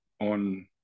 on